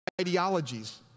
ideologies